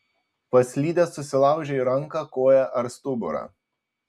paslydęs susilaužei ranką koją ar stuburą